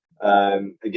Again